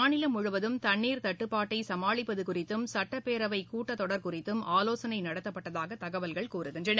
மாநிலம் முழுவதும் தண்ணீர் தட்டுப்பாட்டை சமாளிப்பது குறித்தும் சுட்டப்பேரவைக் கூட்டத்தொடர் குறித்தும் ஆலோசனை நடத்தப்பட்டதாக தகவல்கள் கூறுகின்றன